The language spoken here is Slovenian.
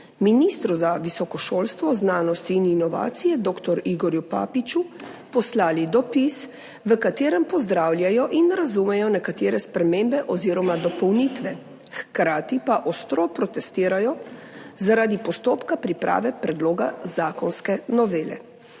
ministru za visoko šolstvo, znanost in inovacije dr. Igorju Papiču poslali dopis, v katerem pozdravljajo in razumejo nekatere spremembe oziroma dopolnitve, hkrati pa ostro protestirajo, zaradi postopka priprave predloga zakonske novele.